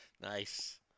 Nice